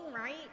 right